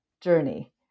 journey